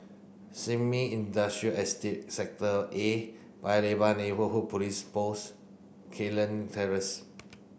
Sin Ming Industrial Estate Sector A Paya Lebar Neighbourhood Police Post Terrace